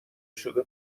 شده